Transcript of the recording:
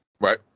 Right